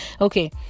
okay